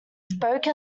spoke